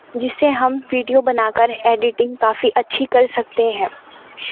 جس سے ہم ویڈیو بنا کر ایڈیٹنگ کافی اچھی کر سکتے ہیں